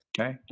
Okay